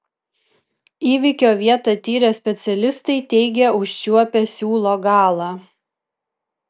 įvykio vietą tyrę specialistai teigia užčiuopę siūlo galą